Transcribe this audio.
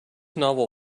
novel